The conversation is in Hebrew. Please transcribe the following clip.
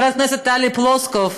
חברת הכנסת טלי פלוסקוב,